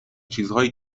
چیزهایی